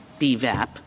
BVAP